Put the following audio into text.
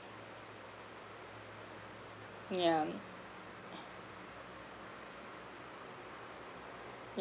yeah mm